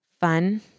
fun